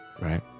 right